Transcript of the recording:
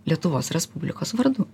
lietuvos respublikos vardu